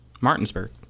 Martinsburg